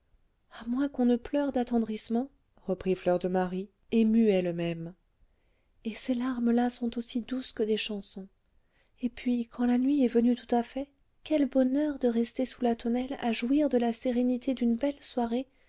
à moins qu'on ne pleure d'attendrissement reprit fleur de marie émue elle-même et ces larmes là sont aussi douces que des chansons et puis quand la nuit est venue tout à fait quel bonheur de rester sous la tonnelle à jouir de la sérénité d'une belle soirée